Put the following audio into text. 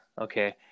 Okay